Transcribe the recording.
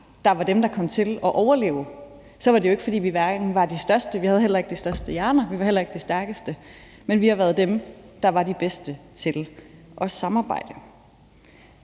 der var dem, der kom til at overleve, så var det jo ikke, fordi vi var de største, og vi havde heller ikke de største hjerner, og vi var heller ikke de stærkeste, men vi var dem, der var de bedste til at samarbejde.